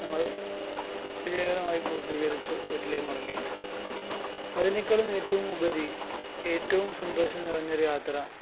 നമ്മൾ വിജയകരമായി പൂർത്തീകരിച്ചു വീട്ടിലേയ്ക്ക് മടങ്ങി അതിനേക്കളും ഏറ്റവും ഉപരി ഏറ്റവും സന്തോഷം നിറഞ്ഞൊരു യാത്ര